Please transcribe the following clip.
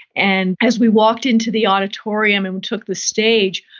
and as we walked into the auditorium and took the stage,